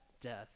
death